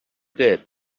did